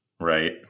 Right